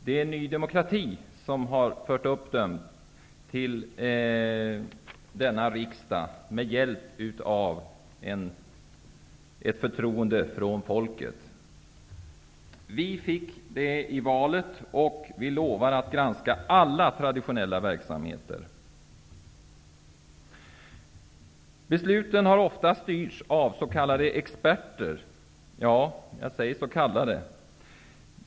Det är Ny demokrati som har fört fram dem till denna riksdag med hjälp av det förtroende som vi fick från folket i valet. Vi lovar att granska alla traditionella verksamheter. Besluten har ofta styrts av s.k. experter.